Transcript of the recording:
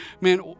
man